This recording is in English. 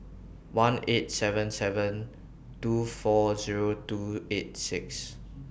one eight seven seven two four Zero two eight six